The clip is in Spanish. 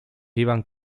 iban